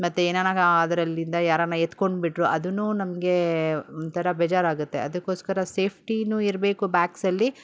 ಮತ್ತು ಏನಾರು ಅದ್ರಿಂದ ಯಾರಾರು ಎತ್ಕೊಂಡ್ಬಿಟ್ರು ಅದುನೂ ನಮಗೆ ಒಂಥರ ಬೇಜಾರಾಗುತ್ತೆ ಅದಕ್ಕೋಸ್ಕರ ಸೇಫ್ಟಿಯೂ ಇರಬೇಕು ಬ್ಯಾಗ್ಸಲ್ಲಿ